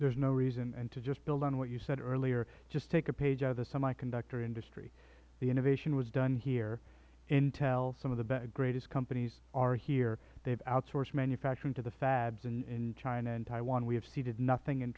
there is no reason and to just build on what you said earlier just take a page out of the semiconductor industry the innovation was done here intel some of the greatest companies are here they have outsourced manufacturing to the fabs in china and taiwan we have ceded nothing in